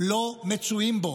לא מצוי בו.